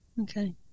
Okay